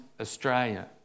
Australia